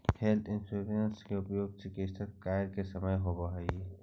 health insurance के उपयोग चिकित्स कार्य के समय होवऽ हई